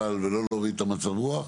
מבלי להוריד את מצב הרוח,